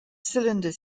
cylinder